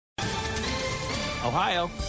Ohio